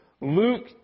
Luke